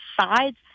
sides